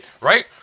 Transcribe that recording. right